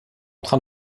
train